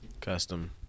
Custom